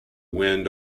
wind